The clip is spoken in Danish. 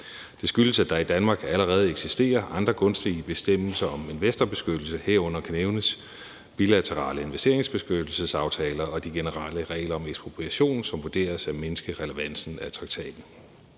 Det skyldes, at der i Danmark allerede eksisterer andre gunstige bestemmelser om investorbeskyttelse, herunder kan nævnes de bilaterale investeringsbeskyttelsesaftaler og de generelle regler om ekspropriation, som vurderes at mindske relevansen af traktaten.